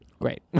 Great